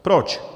Proč?